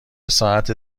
ساعت